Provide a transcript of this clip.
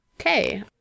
Okay